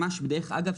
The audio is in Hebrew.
ממש בדרך אגב,